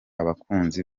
abakunzi